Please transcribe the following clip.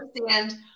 understand